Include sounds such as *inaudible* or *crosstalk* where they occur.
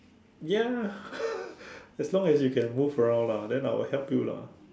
ya *laughs* as long as you can move around lah then I will help you lah